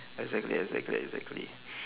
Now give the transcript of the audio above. exactly exactly exactly